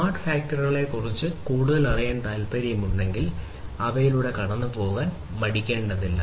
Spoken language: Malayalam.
സ്മാർട്ട് ഫാക്ടറികളെക്കുറിച്ച് കൂടുതൽ അറിയാൻ നിങ്ങൾക്ക് താൽപ്പര്യമുണ്ടെങ്കിൽ അവയിലൂടെ കടന്നുപോകാൻ മടിക്കേണ്ടതില്ല